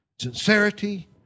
sincerity